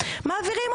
הפיקוח.